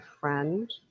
friend